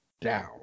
down